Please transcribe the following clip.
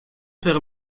père